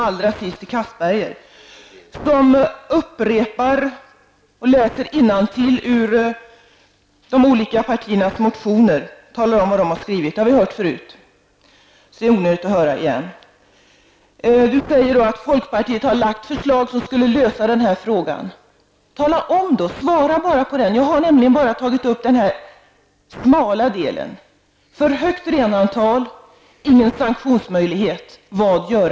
Allra sist till Anders Castberger, som läser innantill ur olika partimotioner och talar om vad man har skrivit. Det har vi hört förut, så det är onödigt att höra det igen. Anders Castberger säger att folkpartiet har lagt fram förslag som skulle kunna lösa frågan. Tala om för mig hur! Jag har nämligen bara tagit upp den smala delen. För högt renantal, ingen sanktionsmöjlighet -- vad göra?